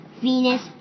Venus